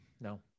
no